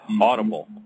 audible